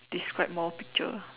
describe more picture